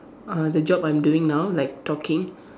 uh the job I'm doing now like talking